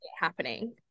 happening